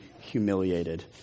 humiliated